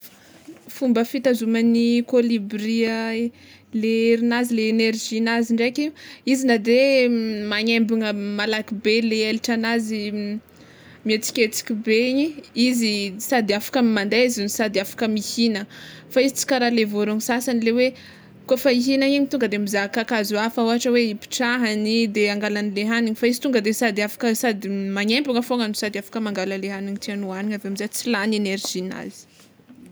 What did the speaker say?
Fomba fitazoman'ny kolibria le herinazy le enerzinazy ndraiky izy na de magnembana malaky be le elatranazy mietsiketsiky be igny izy sady afaka mande izy sady afaka mihigna fa izy tsy kara le vorogno sasany, le hoe kôfa ihignana igny tonga de mizaha kakazo hafa ôhatra hoe hipetrahany de hangalany de hagniny fa izy tonga de sady afaka sady magnembana fôgnany sady afaka mangala le hagnina tiany hoagnina aveo amizay tsy lany enerzinazy.